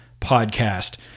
podcast